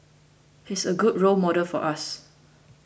he's a good role model for us